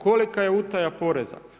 Kolika je utaja poreza?